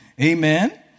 Amen